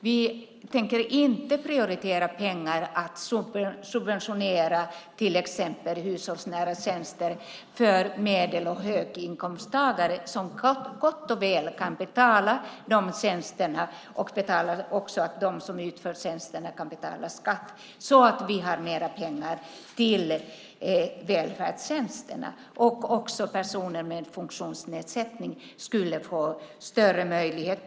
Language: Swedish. Vi tänker inte prioritera pengar för att subventionera till exempel hushållsnära tjänster för medel och höginkomsttagare som gott och väl kan betala dessa tjänster vitt så att de som utför tjänsterna kan betala skatt och ge oss mer pengar till välfärdstjänsterna. Också personer med funktionsnedsättning skulle få större möjligheter.